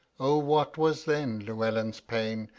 ah! what was then llewelyn's pain?